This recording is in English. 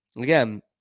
Again